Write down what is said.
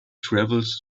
travels